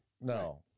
No